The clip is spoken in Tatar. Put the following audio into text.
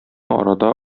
арада